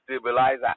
stabilizer